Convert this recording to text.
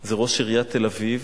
זה ראש עיריית תל-אביב